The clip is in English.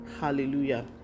Hallelujah